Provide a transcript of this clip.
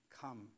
come